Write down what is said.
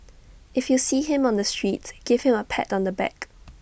if you see him on the streets give him A pat on the back